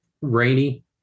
Rainy